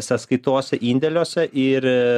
sąskaitose indėliuose ir